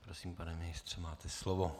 Prosím, pane ministře, máte slovo.